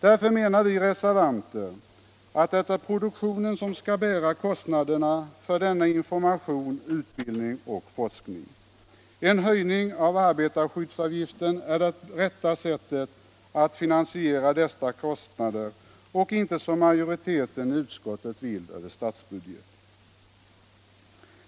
Därför menar vi reservanter att det är produktionen som skall bära kostnaderna för information, utbildning och forskning. En höjning av arbetarskyddsavgiften är det rätta sättet att finansiera dessa kostnader och inte som majoriteten i utskottet vill över statsbudgeten.